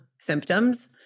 symptoms